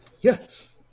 Yes